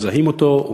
מזהים אותו,